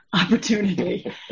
opportunity